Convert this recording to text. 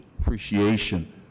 appreciation